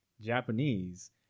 Japanese